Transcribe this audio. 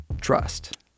trust